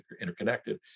interconnected